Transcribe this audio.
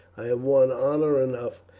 i have won honour enough,